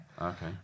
Okay